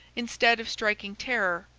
instead of striking terror,